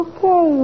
Okay